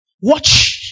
watch